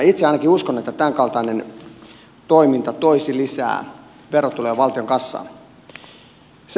itse ainakin uskon että tämänkaltainen toiminta toisi lisää verotuloja valtion kassaan